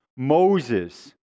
Moses